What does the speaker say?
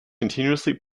continuously